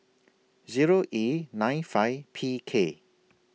Zero E nine five P K